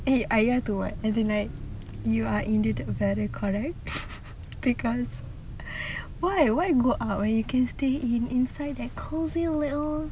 eh I ya to what as in like you are indeed very correct because why why go out when you can stay in inside a cosy little